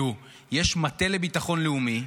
יש מטה לביטחון לאומי,